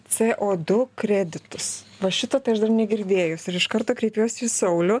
ceodu kreditus va šito tai aš dar negirdėjus ir iš karto kreipiuos į saulių